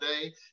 today